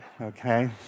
Okay